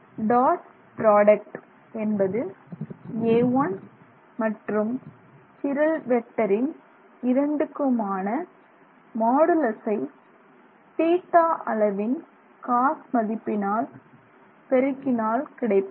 dot product என்பது a1 மற்றும் சிரல் வெக்டரின் இரண்டுக்குமான மாடுலசை θ அளவின் cos மதிப்பினால் பெருக்கினால் கிடைப்பது